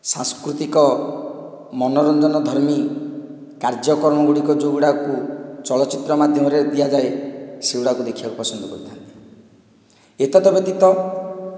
ସାଂସ୍କୃତିକ ମନୋରଞ୍ଜନ ଧର୍ମୀ କାର୍ଯ୍ୟକ୍ରମ ଗୁଡ଼ିକ ଯେଉଁ ଗୁଡ଼ାକୁ ଚଳଚିତ୍ର ମାଧ୍ୟମରେ ଦିଆଯାଏ ସେଗୁଡ଼ାକୁ ଦେଖିବାକୁ ପସନ୍ଦ କରିଥାନ୍ତି ଏତଦ୍ ବ୍ୟତୀତ